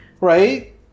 right